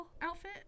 outfit